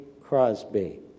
Crosby